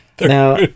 Now